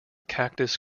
cactus